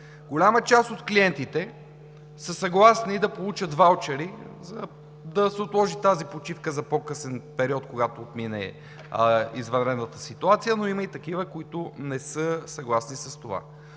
Голяма част от клиентите са съгласни да получат ваучери, за да се отложи тази почивка за по-късен период, когато отмине извънредната ситуация, но има и такива, които не са съгласни с това.